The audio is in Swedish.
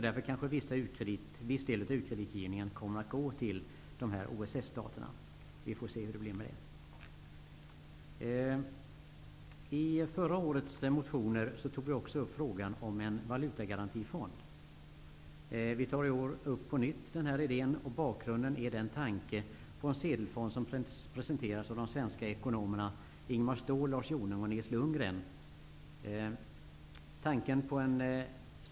Därför kanske viss del av u-kreditgivningen kommer att gå till OSS staterna. Vi får se hur det blir med det. I förra årets motioner tog vi också upp frågan om en valutagarantifond. Vi tar i år på nytt upp den här idén. Bakgrunden är den tanke på en sedelfond i Ståhl, Lars Jonung och Nils Lundgren.